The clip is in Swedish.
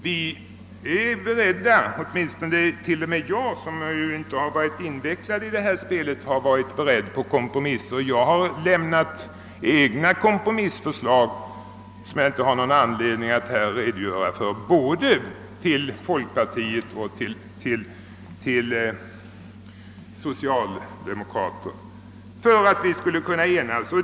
Vi var beredda — och det var även jag, fast jag inte var invecklad i detta spel — att göra kompromisser. Jag har fört fram egna kompromissförslag, som jag inte här har någon anledning att nu redogöra för, både till folkpartiet och socialdemokraterna för att man skulle kunna enas.